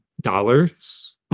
dollars